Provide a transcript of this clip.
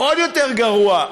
עוד יותר גרוע.